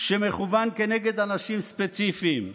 שמכוון כנגד אנשים ספציפיים,